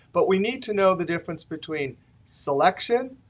but we need to know the difference between selection,